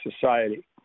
society